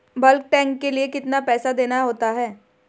Bulk tank के लिए कितना पैसा देना होता है?